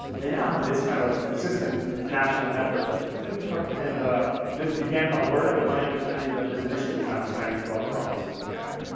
they now have this kind of as a consistent national effort of of infrastructure. and this began in alberta, but my understanding is that this initiative is now expanding to other provinces in canada.